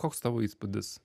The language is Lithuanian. koks tavo įspūdis